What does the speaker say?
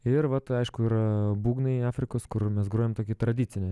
ir vat aišku yra būgnai afrikos kur mes grojam tokį tradicinę